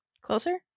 Closer